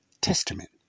Testament